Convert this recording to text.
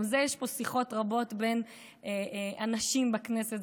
גם על זה יש פה שיחות רבות בין אנשים בכנסת,